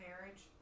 marriage